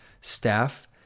staff